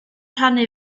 rhannu